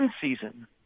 season